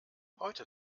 heute